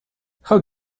how